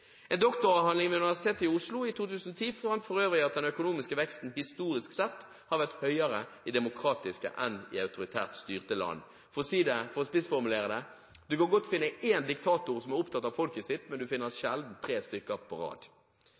En doktoravhandling ved Universitetet i Oslo i 2010 fant for øvrig at den økonomiske veksten historisk sett har vært høyere i demokratier enn i autoritært styrte land. For å spissformulere det: Du kan godt finne én diktator som er opptatt av folket sitt, men du finner sjelden tre stykker på rad.